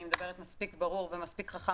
אני מדברת מספיק ברור ומספיק חכם